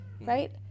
right